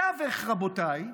בתווך, רבותיי,